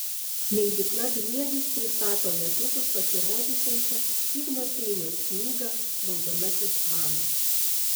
leidykla briedis pristato netrukus pasirodysiančią igno šeiniaus knygą raudonasis tvanas